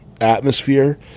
atmosphere